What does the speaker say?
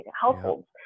households